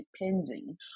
depending